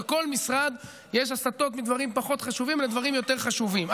בכל משרד יש הסטות מדברים פחות חשובים לדברים יותר חשובים.